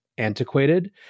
Antiquated